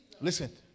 Listen